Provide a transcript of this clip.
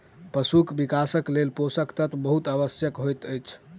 पशुक विकासक लेल पोषक तत्व बहुत आवश्यक होइत अछि